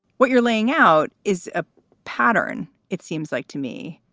what you're laying out is a pattern. it seems like to me.